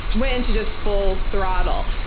went into just full throttle.